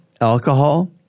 alcohol